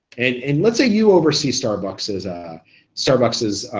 and and let's say you oversee starbucks's ah starbucks's